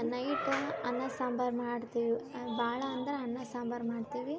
night ಅನ್ನ ಸಾಂಬಾರು ಮಾಡ್ತೀವಿ ಭಾಳ ಅಂದ್ರ ಅನ್ನ ಸಾಂಬಾರು ಮಾಡ್ತೀವಿ